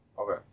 Okay